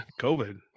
COVID